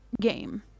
game